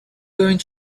going